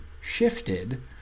shifted